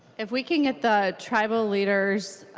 if we could get the tribal leaders